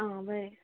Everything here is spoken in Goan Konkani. आं बरें